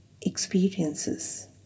experiences